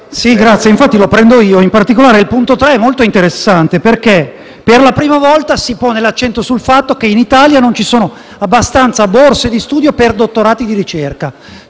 l'emendamento 10.0.11 (testo 3). In particolare, il punto 3 è molto interessante, perché per la prima volta si pone l'accento sul fatto che in Italia non ci sono abbastanza borse di studio per dottorati di ricerca.